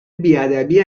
بیادبی